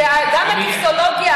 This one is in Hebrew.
וגם הטופסולוגיה